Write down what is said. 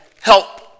help